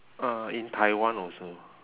uh in taiwan also